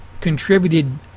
contributed